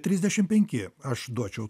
trisdešimt penki aš duočiau